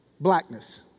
blackness